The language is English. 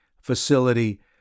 facility